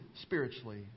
spiritually